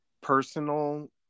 personal